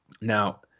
Now